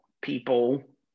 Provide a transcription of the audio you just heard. people